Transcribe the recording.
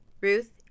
Ruth